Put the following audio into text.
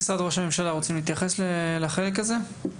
משרד ראש הממשלה, רוצים להתייחס לחלק זה?